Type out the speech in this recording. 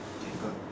okay good